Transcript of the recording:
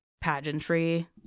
pageantry